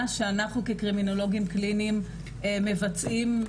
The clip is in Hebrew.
שאנחנו כקרימינולוגים קליניים מבצעים.